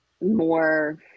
more